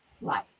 life